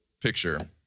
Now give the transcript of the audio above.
picture